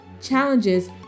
challenges